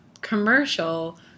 commercial